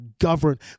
governed